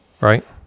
right